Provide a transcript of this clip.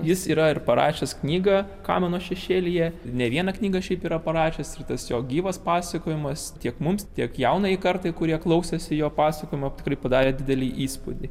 jis yra ir parašęs knygą kamanos šešėlyje ne vieną knygą šiaip yra parašęs ir tas jo gyvas pasakojimas tiek mums tiek jaunajai kartai kurie klausėsi jo pasakojimo tikrai padarė didelį įspūdį